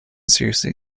seriously